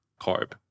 carb